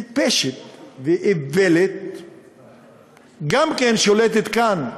טיפשות ואיוולת גם כן שולטת כאן.